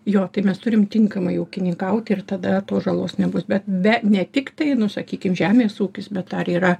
jo tai mes turim tinkamai ūkininkauti ir tada tos žalos nebus bet be ne tiktai nu sakykim žemės ūkis bet dar yra